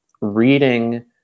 reading